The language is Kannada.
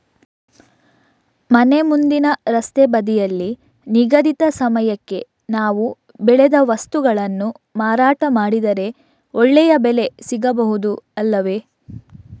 ಮನೆ ಮುಂದಿನ ರಸ್ತೆ ಬದಿಯಲ್ಲಿ ನಿಗದಿತ ಸಮಯಕ್ಕೆ ನಾವು ಬೆಳೆದ ವಸ್ತುಗಳನ್ನು ಮಾರಾಟ ಮಾಡಿದರೆ ಒಳ್ಳೆಯ ಬೆಲೆ ಸಿಗಬಹುದು ಅಲ್ಲವೇ?